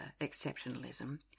exceptionalism